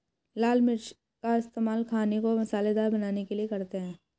लाल मिर्च का इस्तेमाल खाने को मसालेदार बनाने के लिए करते हैं